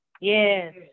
Yes